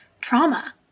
trauma